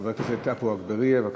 חבר הכנסת עפו אגבאריה, בבקשה,